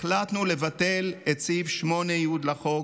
החלטנו לבטל את סעיף 8י לחוק,